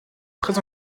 très